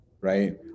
Right